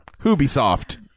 Ubisoft